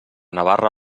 navarra